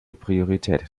priorität